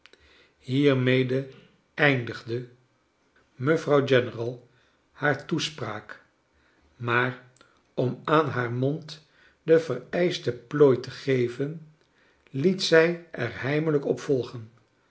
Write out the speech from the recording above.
hiermede eindigde mevrouw general haar toespraak maar om aan haar mond de vereischte plooi te geven liet zij er heimelijk op volgen